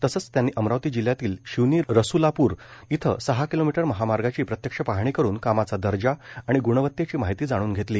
तसेच त्यांनी अमरावती जिल्ह्यातील शिवनी रसूलापूर येथे सहा किलोमीटर महामार्गाची प्रत्यक्ष पाहणी करून कामाचा दर्जा आणि ग्णवतेची माहिती जाणून घेतली